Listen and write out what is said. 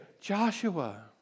Joshua